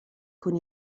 con